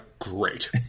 great